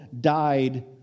died